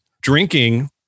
drinking